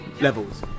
levels